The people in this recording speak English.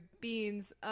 beans